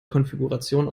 konfiguration